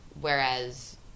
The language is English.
whereas